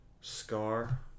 Scar